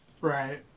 Right